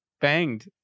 banged